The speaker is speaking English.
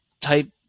type